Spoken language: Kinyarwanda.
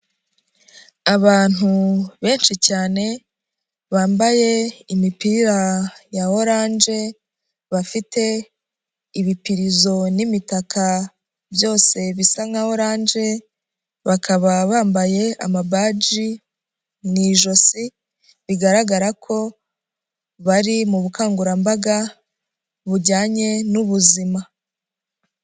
Abantu benshi cyane bambaye imipira ya oranje bafite ibipirizo n'imitaka byose bisa nka oranje, bakaba bambaye amabaji mu ijosi bigaragara ko bari mu bukangurambaga bujyanye n'ubuzima.